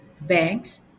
banks